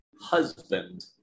husband